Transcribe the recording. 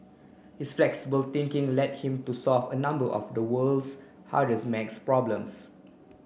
his flexible thinking led him to solve a number of the world's hardest maths problems